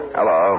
Hello